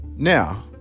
Now